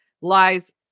Lies